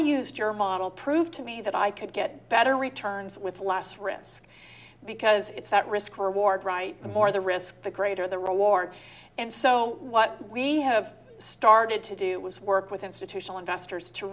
your model proved to me that i could get better returns with last risk because it's that risk reward right the more the risk the greater the reward and so what we have started to do was work with institutional investors to